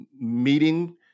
meeting